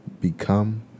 Become